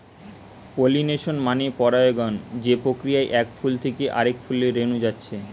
pollination মানে পরাগায়ন যে প্রক্রিয়ায় এক ফুল থিকে আরেক ফুলে রেনু যাচ্ছে